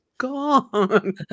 gone